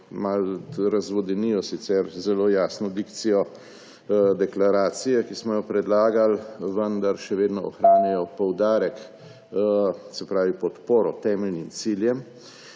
malo razvodenijo sicer zelo jasno dikcijo deklaracije, ki smo jo predlagali, vendar še vedno ohranjajo poudarek, se pravi podporo temeljnim ciljem.